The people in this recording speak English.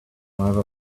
driver